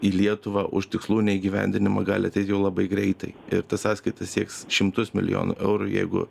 į lietuvą už tikslų neįgyvendinimą gali ateit jau labai greitai ir ta sąskaita sieks šimtus milijonų eurų jeigu